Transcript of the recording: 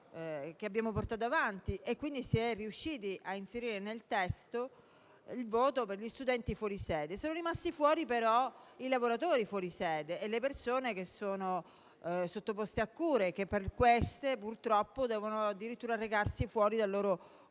che abbiamo portato avanti. Quindi, si è riusciti a inserire nel testo il voto per gli studenti fuori sede. Sono rimasti fuori però i lavoratori fuori sede e le persone che sono sottoposte a cure, che purtroppo devono addirittura recarsi fuori dal loro Comune